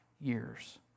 years